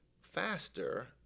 faster